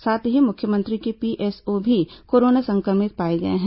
साथ ही मुख्यमंत्री के पीएस ओ भी कोरोना संक्रमित पाए गए हैं